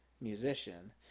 musician